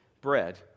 bread